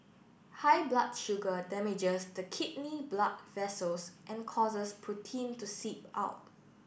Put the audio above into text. high blood sugar damages the kidney blood vessels and causes protein to seep out